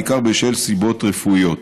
בעיקר בשל סיבות רפואיות.